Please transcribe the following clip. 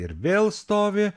ir vėl stovi